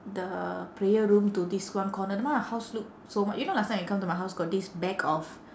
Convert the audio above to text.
the prayer room to this one corner then now my house look so mu~ you know last time you come to my house got this bag of